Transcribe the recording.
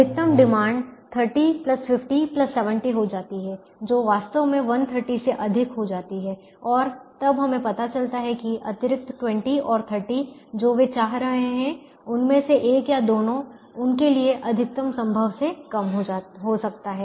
अधिकतम डिमांड 305070 हो जाती है जो वास्तव में 130 से अधिक हो जाती है और तब हमें पता चलता है कि अतिरिक्त 20 और 30 जो वे चाह रहे हैं उनमें से एक या दोनों उनके लिए अधिकतम संभव से कम हो सकता है